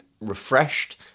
refreshed